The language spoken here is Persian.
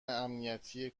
امنیتی